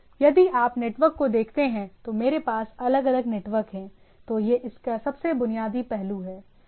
यदि आप नेटवर्क को देखते हैं तो मेरे पास अलग अलग नेटवर्क हैं तो यह इसका सबसे बुनियादी पहलू है